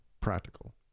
practical